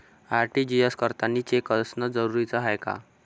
RTGS करतांनी cheque असनं जरुरीच हाय का?